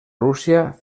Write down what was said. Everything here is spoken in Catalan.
rússia